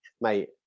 Mate